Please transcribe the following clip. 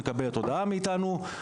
מקבלת מאיתנו הודעה,